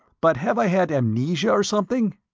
but, have i had amnesia or something?